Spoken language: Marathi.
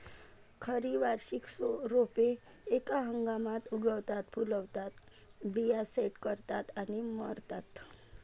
खरी वार्षिक रोपे एका हंगामात उगवतात, फुलतात, बिया सेट करतात आणि मरतात